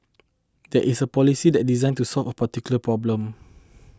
this is a policy that's designed to solve a political problem